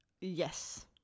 yes